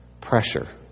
Pressure